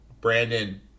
Brandon